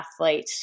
athlete